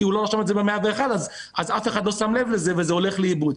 הוא לא רשם את זה ב-101 ולכן אף אחד לא שם לב לזה וזה הולך לאיבוד.